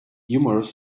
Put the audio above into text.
humorous